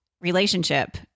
relationship